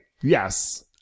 yes